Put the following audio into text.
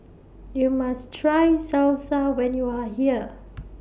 YOU must Try Salsa when YOU Are here